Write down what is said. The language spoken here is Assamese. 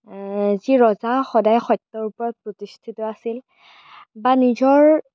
যি ৰজা সদায় সত্যৰ ওপৰত প্ৰতিষ্ঠিত আছিল বা নিজৰ